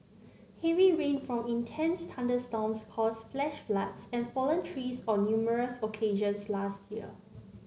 heavy rain from intense thunderstorms caused flash floods and fallen trees on numerous occasions last year